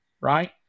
right